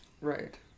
Right